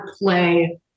play